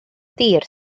dir